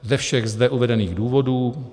Ze všech zde uvedených důvodů